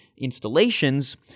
installations